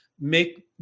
make